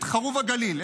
את חרוב הגליל,